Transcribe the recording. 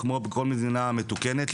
כמו בכל מדינה מתוקנת,